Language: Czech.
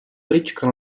trička